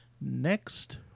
Next